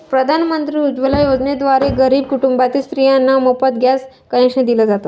प्रधानमंत्री उज्वला योजनेद्वारे गरीब कुटुंबातील स्त्रियांना मोफत गॅस कनेक्शन दिल जात